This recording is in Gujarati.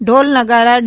ઢોલ નગારા ડી